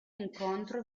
incontro